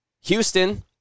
Houston